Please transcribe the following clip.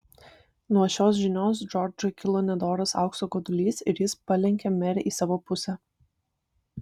nuo šios žinios džordžui kilo nedoras aukso godulys ir jis palenkė merę į savo pusę